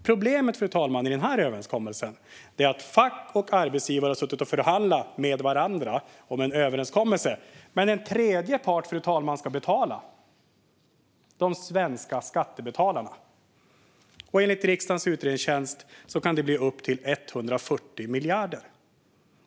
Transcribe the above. Problemet i den här överenskommelsen är att fack och arbetsgivare har suttit och förhandlat med varandra om en överenskommelse som en tredje part ska betala för, och det är de svenska skattebetalarna som ska betala. Enligt riksdagens utredningstjänst kan det bli 140 miljarder som de ska betala.